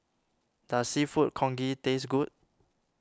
does Seafood Congee taste good